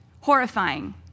Horrifying